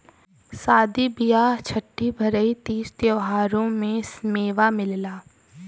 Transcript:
सादी बिआह छट्ठी बरही तीज त्योहारों में मेवा चलला